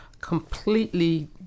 completely